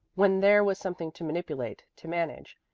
when there was something to manipulate, to manage.